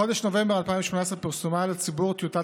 בחודש נובמבר 2018 פורסמה לציבור טיוטת